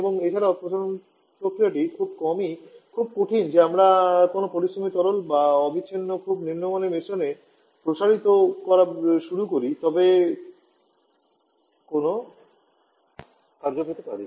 এবং এছাড়াও প্রসারণ প্রক্রিয়াটি খুব কমই খুব কঠিন যে আমরা কোনও পরিশ্রমী তরল এবং অবিচ্ছিন্নভাবে খুব নিম্নমানের মিশ্রণে প্রসারিত করা শুরু করি তবেই কোনও কার্য পেতে পারি